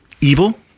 evil